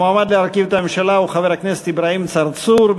המועמד להרכיב את הממשלה הוא חבר הכנסת אברהים צרצור,